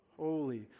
holy